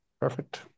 Perfect